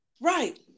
Right